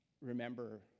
remember